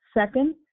Second